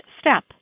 step